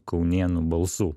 kaunėnų balsų